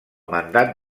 mandat